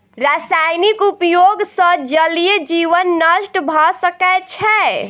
रासायनिक उपयोग सॅ जलीय जीवन नष्ट भ सकै छै